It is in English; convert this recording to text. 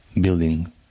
building